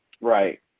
Right